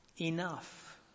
enough